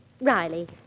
Riley